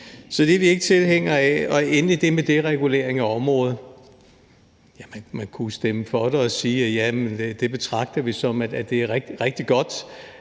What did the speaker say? Så det er vi ikke tilhængere af. Endelig er der det med deregulering af området. Ja, man kunne jo stemme for det og sige, at vi betragter det som rigtig godt,